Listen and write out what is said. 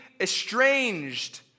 estranged